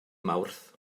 mawrth